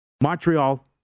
Montreal